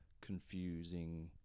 confusing